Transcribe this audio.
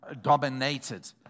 dominated